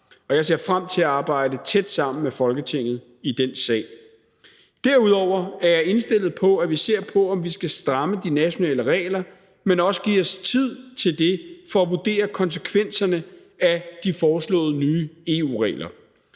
Og jeg ser frem til at arbejde tæt sammen med Folketinget i den sag. Derudover er jeg indstillet på, at vi ser på, om vi skal stramme de nationale regler, men også giver os tid til det for at vurdere konsekvenserne af de foreslåede nye EU-regler.